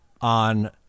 On